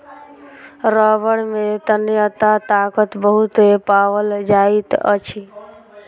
रबड़ में तन्यता ताकत बहुत पाओल जाइत अछि